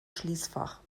schließfach